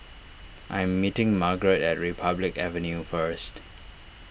I am meeting Margarett at Republic Avenue first